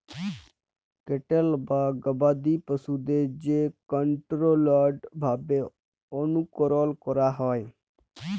cattle বা গবাদি পশুদের যে কনটোরোলড ভাবে অনুকরল ক্যরা হয়